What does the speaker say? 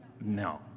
No